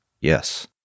Yes